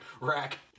rack